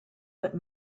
let